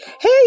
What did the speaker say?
hey